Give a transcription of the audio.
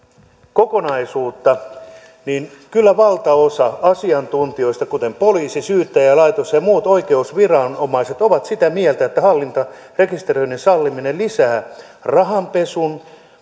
kokonaisuutta niin kyllä valtaosa asiantuntijoista kuten poliisi syyttäjälaitos ja ja muut oikeusviranomaiset ovat sitä mieltä että hallintarekisteröinnin salliminen lisää rahanpesun